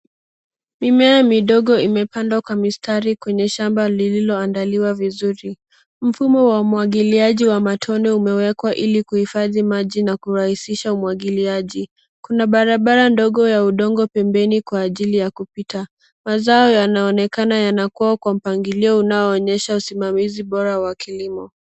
Mimea midogo imepandwa kwa mistari kwenye shamba lilioandaliwa vizuri. Mfumo wa umwagiliaji wa matone imewekwa ili kuhifadhi maji na kurahisisha umwagiliaji. Kuna barabara ndogo ya udongo pembeni kwa ajili ya kupita. Mazao yanaonekana yanakua kwa mpangilio unaoonyesha usimamizi bora wa kilimo.